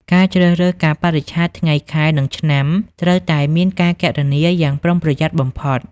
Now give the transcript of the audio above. ការជ្រើសរើសកាលបរិច្ឆេទ ថ្ងៃ ខែ និងឆ្នាំត្រូវតែមានការគណនាយ៉ាងប្រុងប្រយ័ត្នបំផុត។